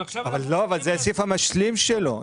אבל זה הסעיף המשלים שלו.